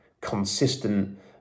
consistent